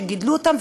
שגידלו אותם,